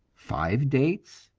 five dates,